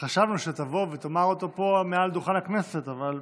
חשבנו שתבוא ותאמר אותו פה מעל במת הכנסת אבל ויתרת.